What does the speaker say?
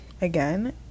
again